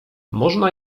można